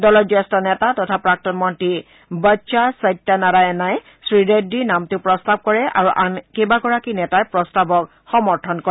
দলৰ জ্যেষ্ঠ নেতা তথা প্ৰাক্তন মন্ত্ৰী বংসা সত্যনাৰায়ণাই শ্ৰীৰেড্ডীৰ নামটো প্ৰস্তাৱ কৰে আৰু আন কেইবাগৰাকী নেতাই প্ৰস্তাৱক সমৰ্থন কৰে